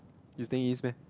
you staying East meh